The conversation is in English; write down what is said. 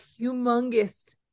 humongous